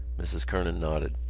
mrs. kernan nodded.